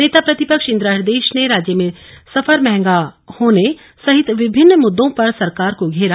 नेता प्रतिपक्ष इंदिरा हृदयेश ने राज्य में सफर मंहगा होने सहित विभिन्न मुद्दों पर सरकार को घेरा